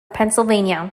pennsylvania